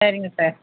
சரிங்க சார்